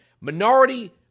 minority